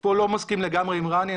פה לא מסכים לגמרי עם רני,